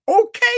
Okay